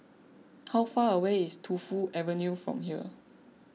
how far away is Tu Fu Avenue from here